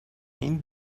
این